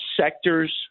sectors